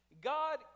God